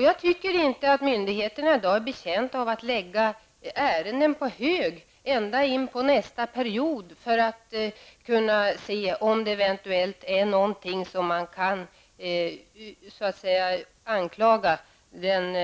Jag tycker inte att myndigheterna i dag är betjänta av att lägga ärenden på hög ända in på nästa period för att kunna se om det eventuellt finns någonting som man kan anklaga den